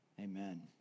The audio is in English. Amen